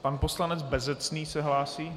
Pan poslanec Bezecný se hlásí?